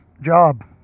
Job